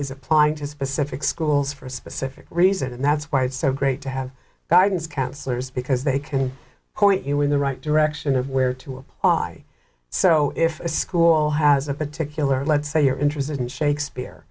is applying to specific schools for a specific reason and that's why it's so great to have guidance counselors because they can point you in the right direction of where to apply so if a school has a particular let's say you're interested in shakespeare